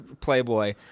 playboy